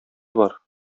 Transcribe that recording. бар